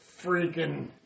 freaking